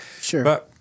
Sure